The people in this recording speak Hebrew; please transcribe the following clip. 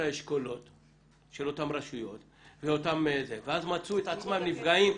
האשכולות של אותן רשויות ואז מצאו את עצמם נפגעים.